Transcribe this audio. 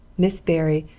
miss barry,